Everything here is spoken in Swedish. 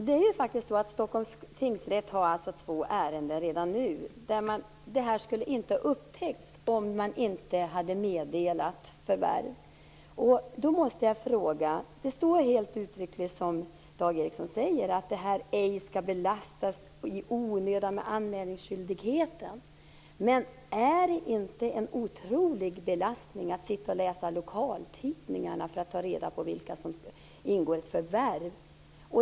Herr talman! Stockholms tingsrätt har två ärenden redan nu där det här inte skulle ha upptäckts om inte förvärvet hade meddelats. Det står helt uttryckligen, som Dag Ericson säger, att det här i onödan skall ej belastas med anmälningsskyldigheten. Men är det inte en otrolig belastning att läsa lokaltidningarna för att ta reda på vilka som skall ingå i ett förvärv?